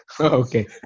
Okay